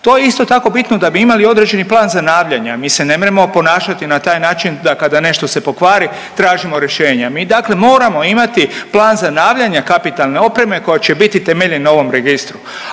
To je isto tako bitno da bi imali određeni plan zanavljanja. Mi se nemremo ponašati na taj način da kada se nešto pokvari tražimo rješenje. Mi dakle moramo imati plan zanavljanja kapitalne opreme koja će biti temeljen na ovom registru.